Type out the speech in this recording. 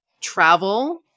travel